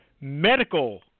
medical